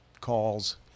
calls